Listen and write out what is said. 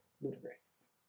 ludicrous